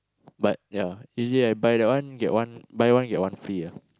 but ya usually I buy that one get one buy one get one free ah